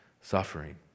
suffering